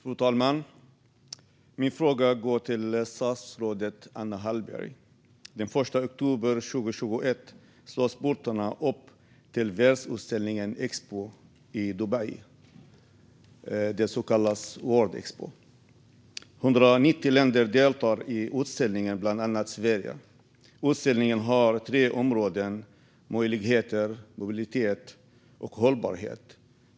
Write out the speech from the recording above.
Fru talman! Min fråga går till statsrådet Anna Hallberg. Den 1 oktober 2021 slås portarna upp till världsutställningen Expo 2020 i Dubai, som kallas World Expo. Det är 190 länder som deltar i utställningen, bland annat Sverige. Utställningen har tre områden: möjligheter, mobilitet och hållbarhet.